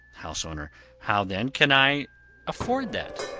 house owner how, then, can i afford that?